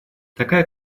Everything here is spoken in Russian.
такая